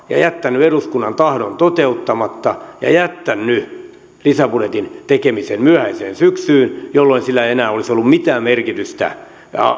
ja jättänyt eduskunnan tahdon toteuttamatta ja jättänyt lisäbudjetin tekemisen myöhäiseen syksyyn jolloin sillä ei enää olisi ollut mitään merkitystä